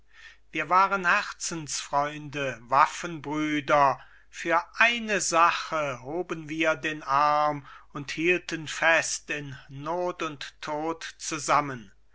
wir waren herzensfreunde waffenbrüder für eine sache hoben wir den arm und hielten fest in not und tod zusammen